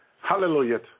Hallelujah